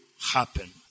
happen